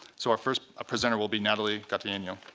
so our first presenter will be natalie gattegno.